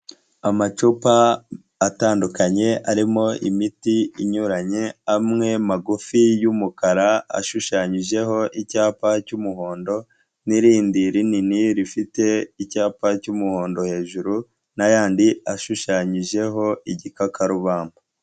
Amacupa atandukanye arimo imiti inyuranye, amwe magufi y'umukara ashushanyijeho icyapa cy'umuhondo n'irindi rinini, rifite icyapa cy'umuhondo hejuru n'ayandi ashushanyijeho igikakarubamba.